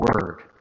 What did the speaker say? word